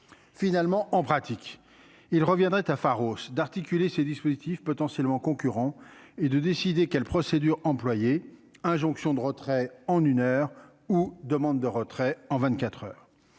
finalement en pratique, il reviendrait à Faro d'articuler ces dispositifs potentiellement concurrents et de décider quelle procédure employée injonction de retrait en une heure ou demande de retrait en 24 heures